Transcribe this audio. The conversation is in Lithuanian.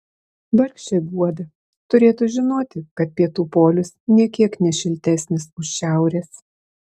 vargšė guoda turėtų žinoti kad pietų polius nė kiek ne šiltesnis už šiaurės